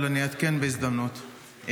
אבל אעדכן בהזדמנות.